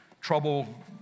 trouble